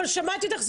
שמעתי אותך.